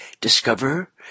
discover